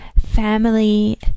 family